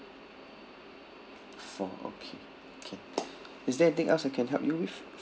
four okay can is there anything else I can help you with